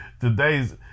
Today's